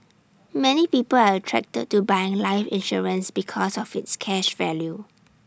many people are attracted to buying life insurance because of its cash value